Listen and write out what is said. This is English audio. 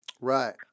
Right